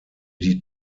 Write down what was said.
die